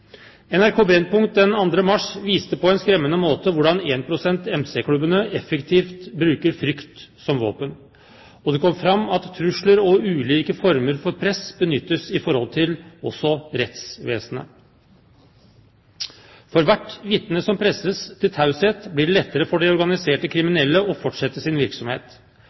NRK Brennpunkt den 2. mars viste på en skremmende måte hvordan én-prosent-MC-klubbene effektivt bruker frykt som våpen. Det kom fram at trusler og ulike former for press benyttes i forhold til også rettsvesenet. For hvert vitne som presses til taushet, blir det lettere for de organiserte kriminelle å fortsette sin virksomhet.